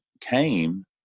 came